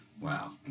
Wow